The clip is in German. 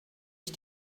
ich